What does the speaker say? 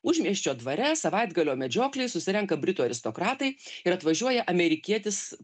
užmiesčio dvare savaitgalio medžioklėj susirenka britų aristokratai ir atvažiuoja amerikietis